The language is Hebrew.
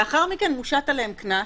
לאחר מכן מושת עליהם קנס,